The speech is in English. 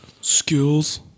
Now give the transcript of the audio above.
skills